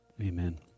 Amen